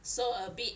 so a bit